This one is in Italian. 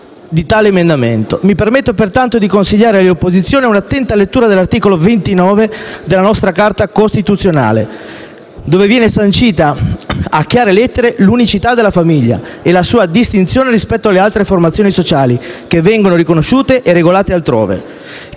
Mi permetto pertanto di consigliare alle opposizioni un'attenta lettura dell'articolo 29 della nostra Carta costituzionale, dove viene sancita a chiare lettere l'unicità della famiglia e la sua distinzione rispetto alle altre formazioni sociali, che vengono riconosciute e regolate altrove.